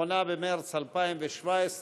התשע"ז 2017,